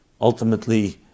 Ultimately